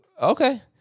Okay